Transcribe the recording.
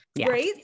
Right